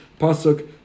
Pasuk